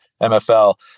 MFL